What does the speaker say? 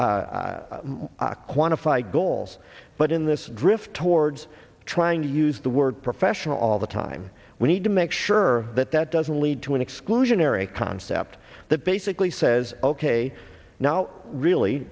quantify goals but in this drift towards trying to use the word professional all the time we need to make sure that that doesn't lead to an exclusionary concept that basically says ok now really